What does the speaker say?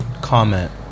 comment